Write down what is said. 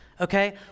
okay